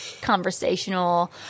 conversational